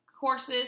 courses